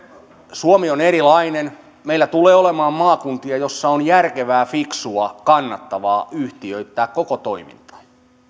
suomi on erilainen meillä tulee olemaan maakuntia joissa on järkevää fiksua ja kannattavaa yhtiöittää koko toiminta